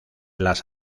las